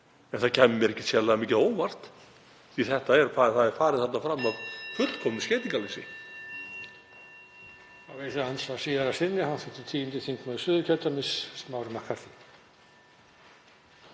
En það kæmi mér ekkert sérlega mikið á óvart því að það er farið þarna fram af fullkomnu skeytingarleysi.